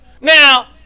Now